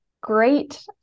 great